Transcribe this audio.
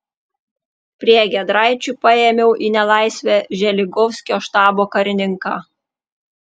prie giedraičių paėmiau į nelaisvę želigovskio štabo karininką